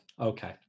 Okay